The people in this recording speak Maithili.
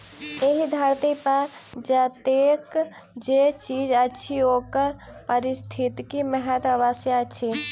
एहि धरती पर जतेक जे चीज अछि ओकर पारिस्थितिक महत्व अवश्य अछि